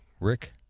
Rick